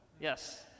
Yes